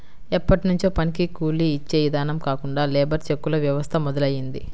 ఎప్పట్నుంచో పనికి కూలీ యిచ్చే ఇదానం కాకుండా లేబర్ చెక్కుల వ్యవస్థ మొదలయ్యింది